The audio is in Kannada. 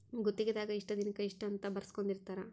ಗುತ್ತಿಗೆ ದಾಗ ಇಷ್ಟ ದಿನಕ ಇಷ್ಟ ಅಂತ ಬರ್ಸ್ಕೊಂದಿರ್ತರ